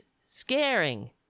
scaring